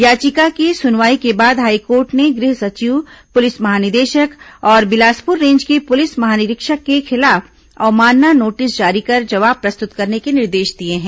याचिका की सुनवाई के बाद हाईकोर्ट ने गृह सचिव पुलिस महानिदेशक और बिलासपुर रेंज के पुलिस महानिरीक्षक के खिलाफ अवमानना नोटिस जारी कर जवाब प्रस्तुत करने के निर्देश दिए हैं